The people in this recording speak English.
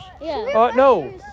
no